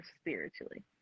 spiritually